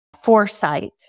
foresight